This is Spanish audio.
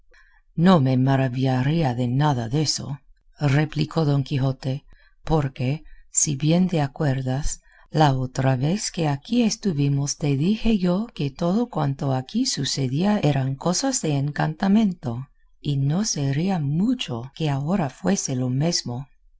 no me maravillaría de nada deso replicó don quijote porque si bien te acuerdas la otra vez que aquí estuvimos te dije yo que todo cuanto aquí sucedía eran cosas de encantamento y no sería mucho que ahora fuese lo mesmo